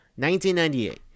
1998